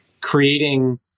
creating